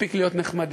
מספיק להיות נחמדים,